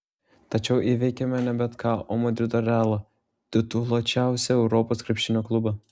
tačiau įveikėme ne bet ką o madrido realą tituluočiausią europos krepšinio klubą